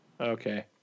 Okay